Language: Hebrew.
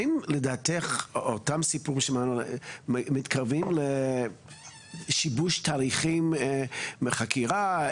האם לדעתך אותם סיפורים ששמענו מתקרבים לשיבוש תהליכים מחקירה,